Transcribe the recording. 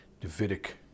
Davidic